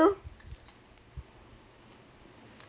so